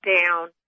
down